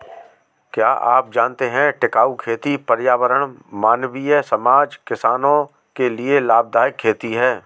क्या आप जानते है टिकाऊ खेती पर्यावरण, मानवीय समाज, किसानो के लिए लाभदायक खेती है?